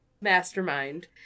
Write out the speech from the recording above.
Mastermind